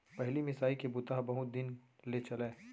पहिली मिसाई के बूता ह बहुत दिन ले चलय